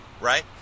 right